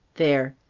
there!